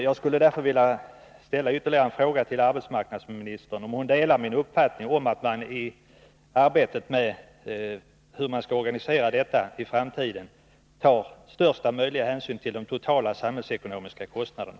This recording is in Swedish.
Jag vill därför ställa ytterligare en fråga till arbetsmarknadsministern: Delar arbetsmarknadsministern min uppfattning att man vid organiserandet av dettas framtida verksamhet bör ta största möjliga hänsyn till de totala samhällsekonomiska kostnaderna?